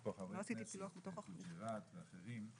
חוג'יראת ואחרים,